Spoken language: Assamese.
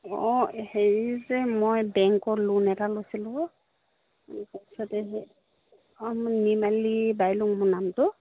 অঁ হেৰি যে মই বেংকৰ লোন এটা লৈছিলোঁ তাৰপিছতে অঁ নিৰ্মালী বাইলুং মোৰ নামটো